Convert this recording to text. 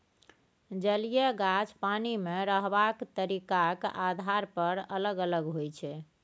जलीय गाछ पानि मे रहबाक तरीकाक आधार पर अलग अलग होइ छै